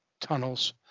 tunnels